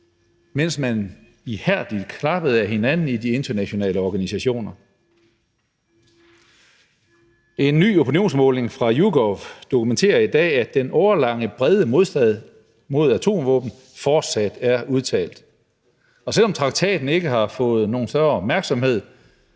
mens man ihærdigt klappede af hinanden i de internationale organisationer. En ny opinionsmåling fra YouGov dokumenterer i dag, at den årelange brede modstand mod atomvåben fortsat er udtalt. Og selv om traktaten ikke har fået nogen større opmærksomhed